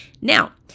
Now